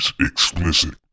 explicit